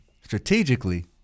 strategically